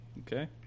Okay